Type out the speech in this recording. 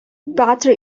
butter